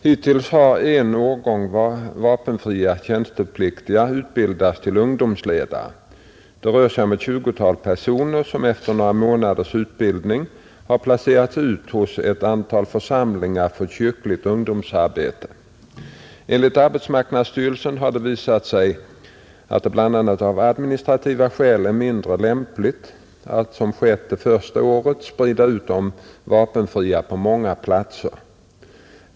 Hittills har en årgång vapenfria tjänstepliktiga utbildats till ungdomsledare, Det rör sig om ett tjugotal personer som efter några månaders utbildning har placerats ut hos ett antal församlingar för kyrkligt ungdomsarbete. Enligt arbetsmarknadsstyrelsen har det visat sig, att det av bl.a. administrativa skäl är mindre lämpligt att som skett det första året sprida ut de vapenfria på många platser.